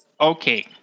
Okay